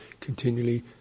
continually